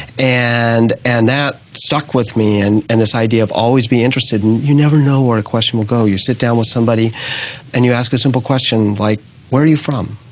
and and that stuck with me, and and this idea of always be interested, and you never know where a question will go, you sit down with somebody and you ask a simple question like where are you from?